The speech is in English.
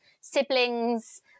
siblings